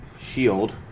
Shield